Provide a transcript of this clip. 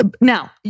Now